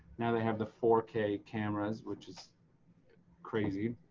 now they have the four k cameras, which is crazy.